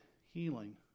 healing